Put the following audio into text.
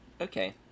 Okay